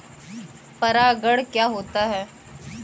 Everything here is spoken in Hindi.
परागण क्या होता है?